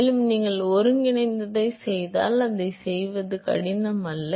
மேலும் நீங்கள் ஒருங்கிணைந்ததைச் செய்தால் அதைச் செய்வது கடினம் அல்ல